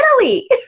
Italy